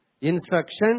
instruction